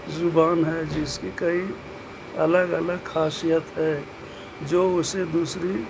زبان ہے جس کی کئی الگ الگ خاصیت ہے جو اسے دوسری